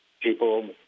people